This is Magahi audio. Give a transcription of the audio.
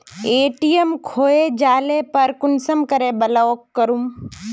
ए.टी.एम खोये जाले पर कुंसम करे ब्लॉक करूम?